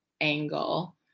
angle